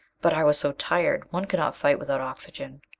but i was so tired. one cannot fight without oxygen!